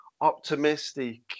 optimistic